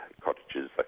cottages